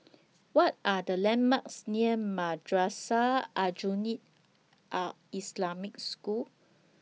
What Are The landmarks near Madrasah Aljunied Al Islamic School